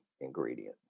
ingredient